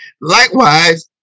likewise